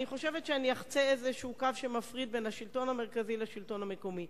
אני חושבת שאחצה קו שמפריד בין השלטון המרכזי לשלטון המקומי.